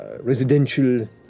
residential